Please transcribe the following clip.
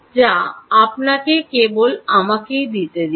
তা আপনাকে কেবল আমাকেই দিতে দিন